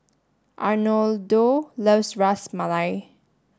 Arnoldo loves Ras Malai